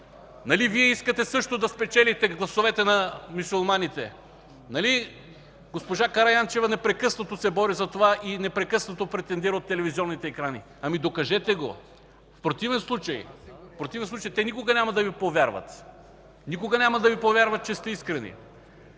Нали Вие искате също да спечелите гласовете на мюсюлманите? Нали госпожа Караянчева непрекъснато се бори за това и непрекъснато претендира от телевизионните екрани? Ами докажете го! В противен случай те никога няма да Ви повярват, че сте искрени.